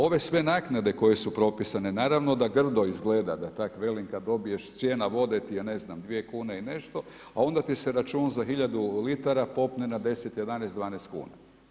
Ove sve naknade koje su propisane naravno da grdo izgleda, da tako velim, kada dobiješ cijena vode ti je ne znam 2 kune i nešto, a onda ti se račun za hiljadu litara popne na 10, 11, 12 kuna.